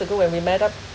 ago we met up